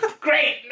Great